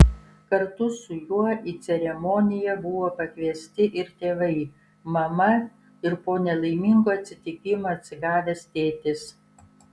kartu su juo į ceremoniją buvo pakviesti ir tėvai mama ir po nelaimingo atsitikimo atsigavęs tėtis